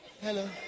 hello